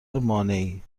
مانعی